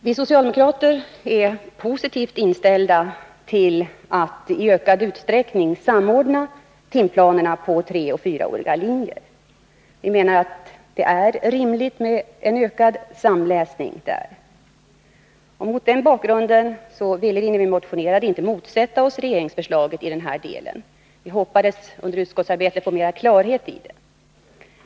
Vi socialdemokrater är positivt inställda till att i ökad utsträckning samordna timplanerna på 3 och 4-åriga linjer. Vi menar att det är rimligt med en ökad samläsning där. Mot den bakgrunden ville vi inte när vi motionerade motsätta oss regeringsförslaget i den här delen. Vi hoppades att under utskottsarbetet få klarhet i detta.